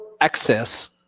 access